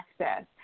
access